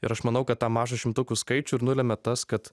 ir aš manau kad tą mažą šimtukų skaičių ir nulemia tas kad